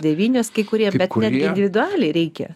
devynios kai kurie bet netgi individualiai reikia